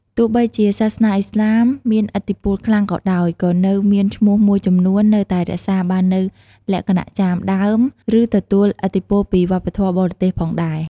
ទោះបីជាសាសនាឥស្លាមមានឥទ្ធិពលខ្លាំងក៏ដោយ ក៏នៅមានឈ្មោះមួយចំនួននៅតែរក្សាបាននូវលក្ខណៈចាមដើម ឬទទួលឥទ្ធិពលពីវប្បធម៌បរទេសផងដែរ។